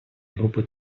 групи